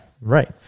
right